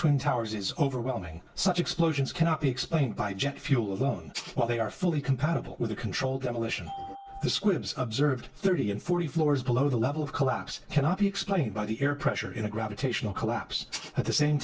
twin towers is overwhelming such explosions cannot be explained by jet fuel alone while they are fully compatible with a controlled demolition squibs observed thirty and forty floors below the level of collapse cannot be explained by the air pressure in a gravitational collapse at the same